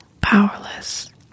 powerless